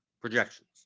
projections